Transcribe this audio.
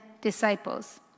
disciples